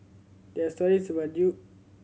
there are stories about Yo